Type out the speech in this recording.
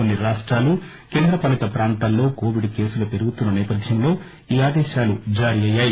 కొన్ని రాష్టాలు కేంద్ర పాలీత ప్రాంతాల్లో కోవిడ్ కేసులు పెరుగుతున్న నేపథ్వంలో ఈ ఆదేశాలు జారీ అయ్యాయి